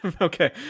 Okay